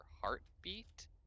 heartbeat